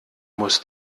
muss